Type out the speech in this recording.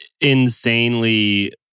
insanely